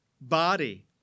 body